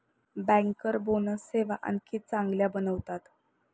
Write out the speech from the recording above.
banker bonus सेवा आणखी चांगल्या बनवतात